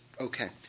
Okay